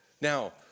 Now